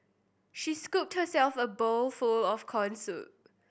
she scooped herself a bowl for of corn soup